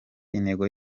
intego